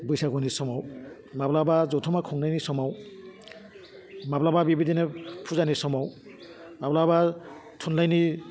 बैसागुनि समाव माब्लाबा जथुम्मा खुंनायनि समाव माब्लाबा बेबायदिनो फुजानि समाव माब्लाबा थुनलाइनि